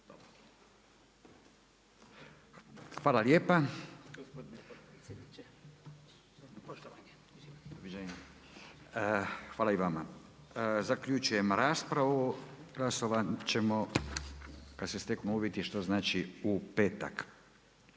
Hvala lijepa. Zaključujem raspravu. Glasovat ćemo kada se steknu uvjeti, što znači u petak.